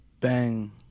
Bang